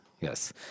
Yes